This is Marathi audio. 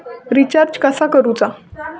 रिचार्ज कसा करूचा?